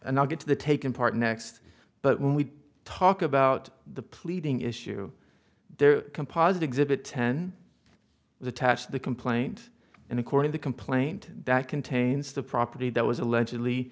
and i'll get to the taken part next but when we talk about the pleading issue there composite exhibit ten is attached the complaint and according the complaint that contains the property that was allegedly